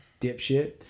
Dipshit